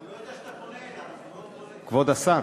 הוא לא יודע שאתה פונה אליו, אז הוא לא, כבוד השר,